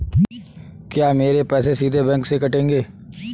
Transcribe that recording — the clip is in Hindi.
क्या मेरे पैसे सीधे बैंक से कटेंगे?